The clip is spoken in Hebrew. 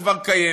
היא כבר קיימת,